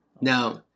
Now